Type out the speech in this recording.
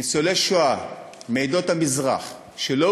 ניצולי שואה מעדות המזרח שלא